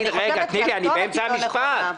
אני חושבת שהכתובת לא נכונה.